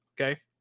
Okay